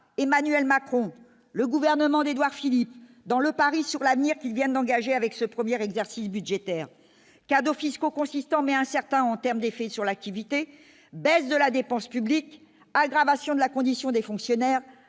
Emmanuel Macron le gouvernement d'Édouard Philippe dans le pari sur l'avenir qu'qui viennent d'engager avec ce premier exercice budgétaire cadeaux fiscaux consistant, mais certain en termes d'effets sur l'activité baisse de la dépense publique, aggravation de la condition des fonctionnaires,